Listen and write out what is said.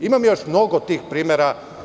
Imamo još mnogo tih primera.